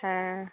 হ্যাঁ